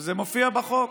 מופיע בחוק.